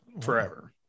forever